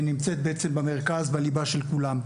ונמצאת בעצם במרכז, בליבה של כולם.